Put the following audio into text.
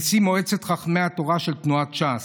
נשיא מועצת חכמי התורה של תנועת ש"ס,